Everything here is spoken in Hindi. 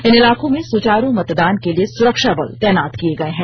इन इलाकों में सुचारू मतदान के लिए सुरक्षा बल तैनात किए गए हैं